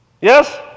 Yes